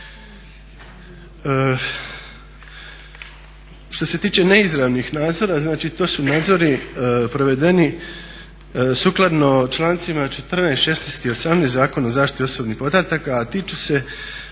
Što se tiče neizravnih nadzora, znači to su nadzori provedeni sukladno člancima 14., 16., i 18. Zakona o zaštiti osobnih podataka a tiču se